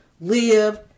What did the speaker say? live